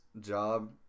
Job